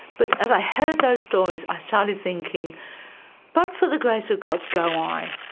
but as i heard those stories i started thinking but for the grace of god go i.